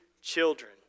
children